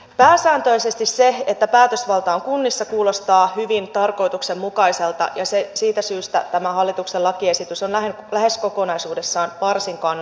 pääsääntöisesti se että päätösvalta on kunnissa kuulostaa hyvin tarkoituksenmukaiselta ja siitä syystä tämä hallituksen lakiesitys on lähes kokonaisuudessaan varsin kannatettava